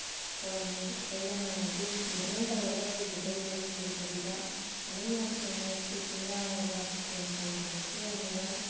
phone ꯑꯇꯩꯒ ꯃꯥꯟꯅꯗꯦ loading ꯇꯧꯔꯒ ꯂꯩꯕꯗꯣ ꯂꯩꯇꯕꯤꯗ ꯑꯗꯨꯝ ꯌꯥꯝ ꯊꯨꯅ ꯏꯁꯄꯤꯠꯁꯦ ꯌꯥꯡꯉꯒ ꯒꯦꯝ ꯁꯥꯟꯅꯕꯗꯁꯨ ꯌꯥꯝ ꯅꯨꯡꯉꯥꯏ